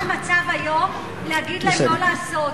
אני לא במצב היום להגיד להם לא לעשות.